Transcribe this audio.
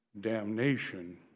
damnation